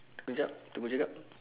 tunggu jap tunggu kejap